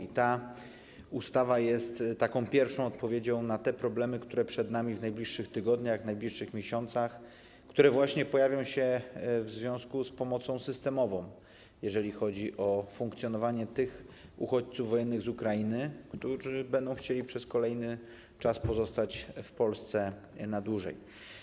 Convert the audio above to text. I ta ustawa jest pierwszą odpowiedzią na te problemy, które przed nami w najbliższych tygodniach, w najbliższych miesiącach, a które właśnie pojawią się w związku z pomocą systemową, jeżeli chodzi o funkcjonowanie tych uchodźców wojennych z Ukrainy, którzy będą chcieli pozostać w Polsce przez kolejny czas, na dłużej.